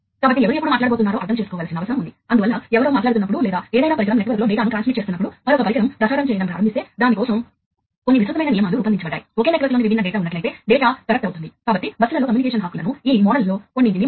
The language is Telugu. కాబట్టి మీరు ప్లాంట్ అంతటా చేయవలసిన భౌతిక కనెక్షన్ల సంఖ్యను చూస్తే వాస్తవానికి ఈ దూరాలు చాలా గణనీయమైనవి మరియు మీకు point to point communication system ఉంటే